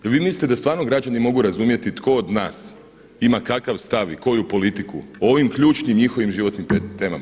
Jel vi mislite da stvarno građani mogu razumjeti tko od nas ima kakav stav i koju politiku 0 ovim ključnim njihovim životnim temama?